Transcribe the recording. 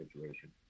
situation